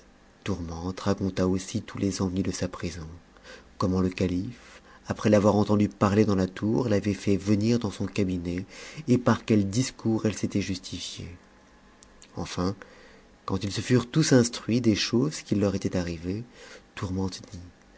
tourmente raconta aussi tous les ennuis de sa prison comment le calife après l'avoir entendue parler dans la tour t'avait fait venir dans son cabinet et par quels discours elle s'était justifiée enfin quand ils se furent tous instruits des choses qu leur étaient arrivées tourmente dit